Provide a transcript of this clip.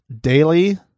Daily